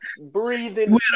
breathing